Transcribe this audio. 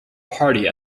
party